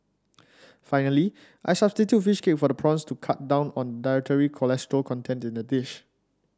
finally I substitute fish cake for the prawns to cut down on the dietary cholesterol content in the dish